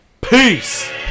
peace